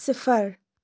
صِفر